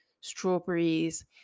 strawberries